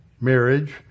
marriage